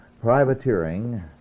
Privateering